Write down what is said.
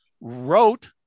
wrote